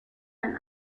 ein